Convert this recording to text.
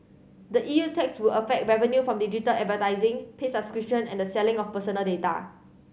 the E U tax would affect revenue from digital advertising paid subscription and the selling of personal data